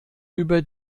über